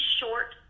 short